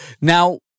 Now